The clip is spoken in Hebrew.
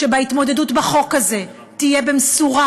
שההתמודדות לפי החוק הזה תהיה במשורה,